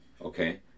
Okay